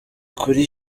kuri